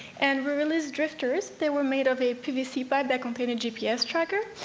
and we release drifters, they were made of a pvc pipe that contain a gps tracker,